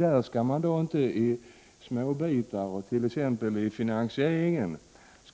Man skall inte kunna ta upp smärre delar av detta, t.ex. finansieringen,